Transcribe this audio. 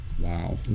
Wow